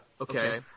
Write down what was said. Okay